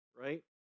right